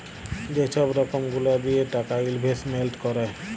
যে ছব রকম গুলা লিঁয়ে টাকা ইলভেস্টমেল্ট ক্যরে